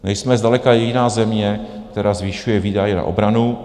Nejsme zdaleka jediná země, která zvyšuje výdaje na obranu.